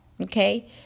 okay